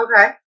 okay